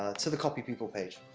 ah to the copy people page.